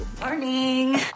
Morning